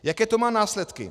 Jaké to má následky?